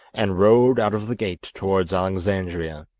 and rode out of the gate towards alexandria.